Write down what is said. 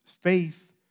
Faith